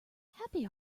happy